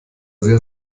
sehr